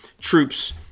troops